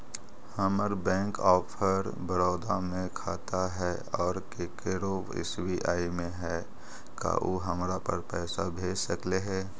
हमर bank of Baroda में खाता है और केकरो एस.बी.आई में है का उ हमरा पर पैसा भेज सकले हे?